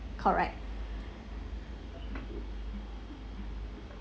correct